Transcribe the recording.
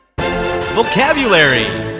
Vocabulary